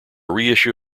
reissue